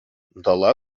дала